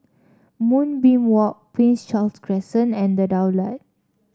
Moonbeam Walk Prince Charles Crescent and The Daulat